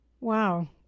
Wow